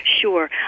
Sure